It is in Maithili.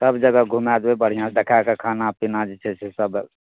सब जगह घुमाए देबै बढ़िआँ देखाए कऽ खाना पिना जे छै से सब